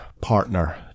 partner